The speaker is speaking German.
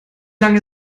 lange